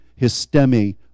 histemi